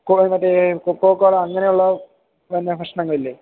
കോള മറ്റേ കൊക്കോകോള അങ്ങനെയുള്ള പിന്നെ ഭക്ഷണങ്ങളില്ലേ